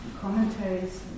commentaries